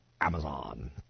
Amazon